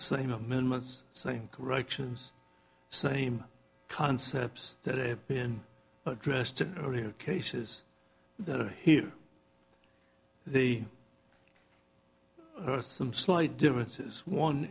same amendments same corrections same concepts that have been addressed to earlier cases that are here the first some slight differences one